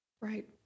Right